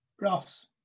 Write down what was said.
Ross